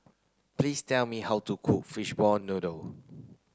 please tell me how to cook fishball noodle